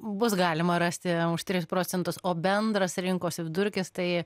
bus galima rasti už tris procentus o bendras rinkos vidurkis tai